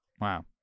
wow